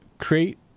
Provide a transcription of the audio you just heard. Create